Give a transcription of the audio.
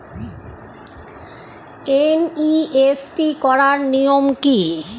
NEFT করার নিয়ম কী?